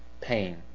pain